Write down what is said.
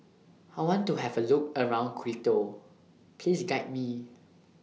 I want to Have A Look around Quito Please Guide Me